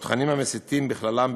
או תכנים המסיתים בכללם,